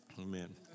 Amen